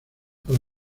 para